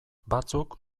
batzuk